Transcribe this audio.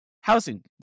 housing